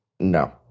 No